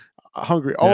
hungry